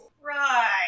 Right